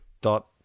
dot